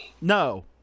No